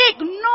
ignore